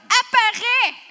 apparaît